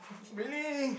really